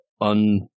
un